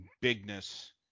bigness